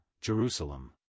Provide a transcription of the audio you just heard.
Jerusalem